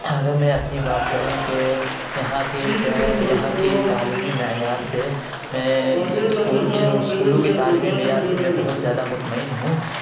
اگر میں اپنی بات کروں کہ یہاں کی یہاں کے طے یہاں کے تعلیمی معیار سے میں اس اسکول ان اسکولوں کی تعلیمی معیار سے میں بہت زیادہ مطمئن ہوں